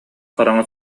хараҥа